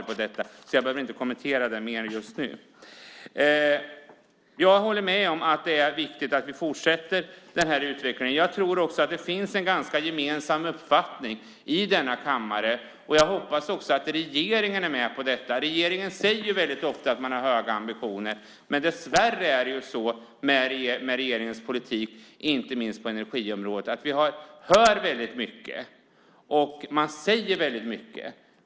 Därför behöver jag inte säga mer om detta just nu. Jag håller med om att det är viktigt att vi fortsätter den här utvecklingen. Jag tror också att det finns en gemensam uppfattning i denna kammare. Jag hoppas att även regeringen är med på detta. Regeringen säger väldigt ofta att man har höga ambitioner, men dessvärre är det så med regeringens politik, inte minst på energiområdet, att vi hör väldigt mycket och att man säger väldigt mycket.